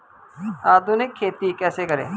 आधुनिक खेती कैसे करें?